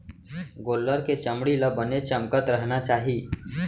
गोल्लर के चमड़ी ल बने चमकत रहना चाही